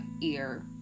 ear